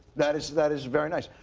that is that is very nice.